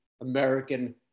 American